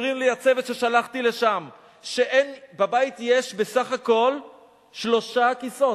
מספרים לי הצוות ששלחתי לשם שבבית יש בסך הכול שלושה כיסאות.